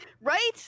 right